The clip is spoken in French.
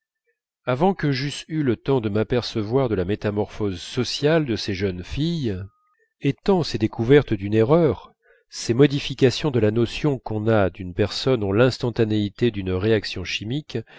avant que j'eusse eu le temps de m'apercevoir de la métamorphose sociale de ces jeunes filles et tant ces découvertes d'une erreur ces modifications de la notion qu'on a d'une personne ont l'instantanéité d'une réaction chimique